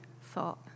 thought